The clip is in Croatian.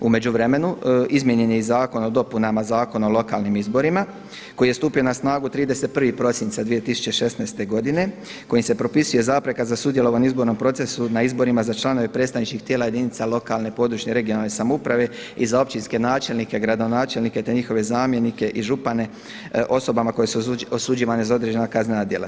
U međuvremenu izmijenjen je i Zakon o dopunama Zakona o lokalnim izborima koji je stupio na snagu 31. prosinca 2016. godine kojim se propisuje zapreka za sudjelovanje u izbornom procesu na izborima za članove predstavničkih tijela jedinica lokalne, područne (regionalne) samouprave i za općinske načelnike, gradonačelnike, te njihove zamjenike i župane osobama koje su osuđivane za određena kaznena djela.